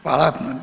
Hvala.